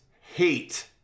hate